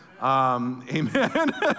amen